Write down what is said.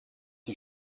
die